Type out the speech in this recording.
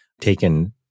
taken